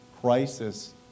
crisis